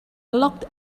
locked